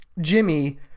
Jimmy